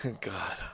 god